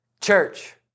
Church